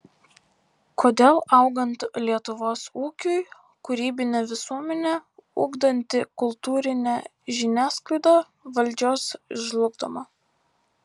kodėl augant lietuvos ūkiui kūrybinę visuomenę ugdanti kultūrinė žiniasklaida valdžios žlugdoma